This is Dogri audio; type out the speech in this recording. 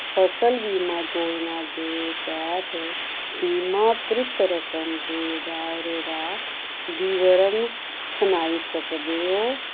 फसल बीमा योजना दे तैह्त बीमाकृत रकम दे दायरे दा विवरण सनाई सकदे ओ